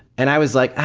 and i was like,